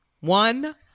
One